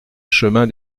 chemin